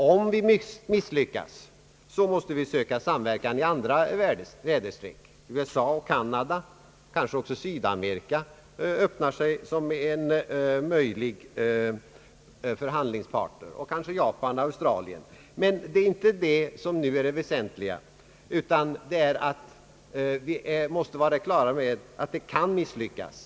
Om vi misslyckas måste vi söka samverkan i andra väderstreck: USA, Kanada, kanske också Sydamerika, Japan och Australien kan vara möjliga handelspartners. Men det är inte det som nu är det väsentliga, utan det är att vi måste vara på det klara med att det kan misslyckas.